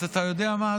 אז אתה יודע מה,